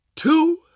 Two